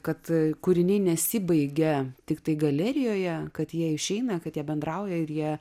kad kūriniai nesibaigia tiktai galerijoje kad jie išeina kad jie bendrauja ir jie